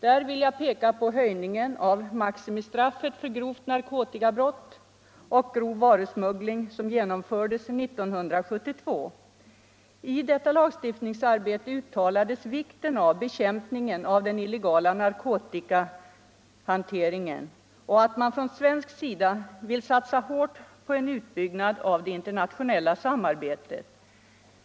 Där vill jag peka på den höjning av maximistraffet för grovt narkotikabrott och grov varusmuggling som genomfördes 1972. I detta lagstiftningsarbete uttalades vikten av att bekämpa den illegala narkotikahanteringen, och det framhölls att man från svensk sida ville satsa hårt på en utbyggnad av det internationella samarbetet.